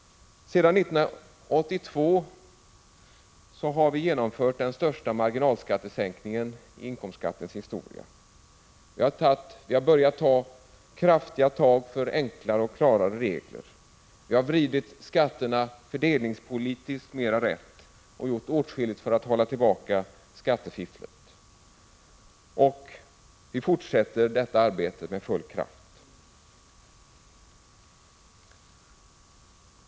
Sedan 1982 har vi genomfört den största marginalskattesänkningen i inkomstskattens historia. Vi har börjat ta kraftiga tag för enklare och klarare regler och vi har vridit skatterna fördelningspolitiskt mera rätt och gjort åtskilligt för att hålla tillbaka skattefifflet. Vi fortsätter detta arbete med full kraft.